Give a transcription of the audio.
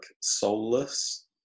soulless